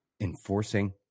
enforcing